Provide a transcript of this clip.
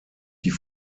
die